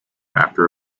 after